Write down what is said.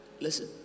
Listen